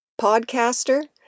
podcaster